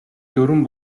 дөрвөн